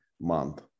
month